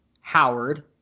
Howard